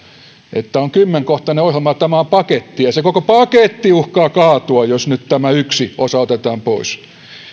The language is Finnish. että tämä on kymmenkohtainen ohjelma ja tämä on paketti ja se koko paketti uhkaa kaatua jos nyt tämä yksi osa otetaan pois